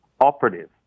operative